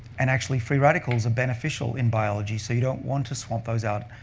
and actually, free radicals are beneficial in biology, so you don't want to swap those out.